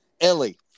Ellie